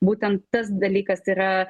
būtent tas dalykas yra